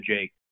Jake